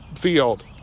field